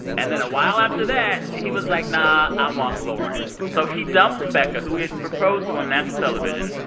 and then a while after that, he was like, nah, i want lauren. so he dumped becca, who he had proposed to on national television,